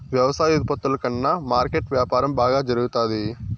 వ్యవసాయ ఉత్పత్తుల కన్నా మార్కెట్ వ్యాపారం బాగా జరుగుతాది